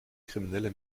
kriminelle